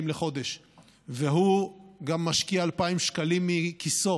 לחודש וגם הוא משקיע 2,000 שקלים מכיסו,